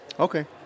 Okay